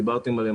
דיברתם עליהם,